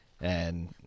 and-